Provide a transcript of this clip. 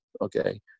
okay